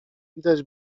widać